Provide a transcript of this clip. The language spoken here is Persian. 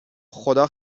خدا